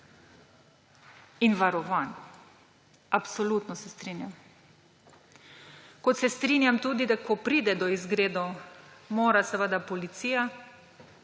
in varovan. Absolutno se strinjam. Kot se tudi strinjam, da ko pride do izgredov, mora biti policija